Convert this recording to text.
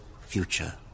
future